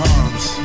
arms